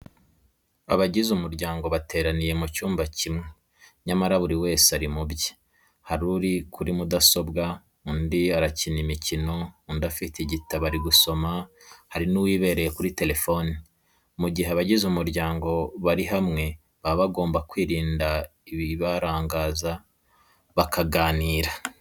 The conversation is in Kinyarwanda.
Abagize umuryango bateraniye mu cyumba kimwe nyamara buri wese ari mu bye, hari uri kuri mudasobwa, undi arakina imikino, undi afite igitabo ari gusoma, hari n'uwibereye kuri telefoni. Mu gihe abagize umuryango bari hamwe baba bagomba kwirinda ibibarangaza bakaganira.